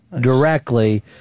directly